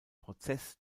prozess